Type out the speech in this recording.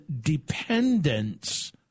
dependence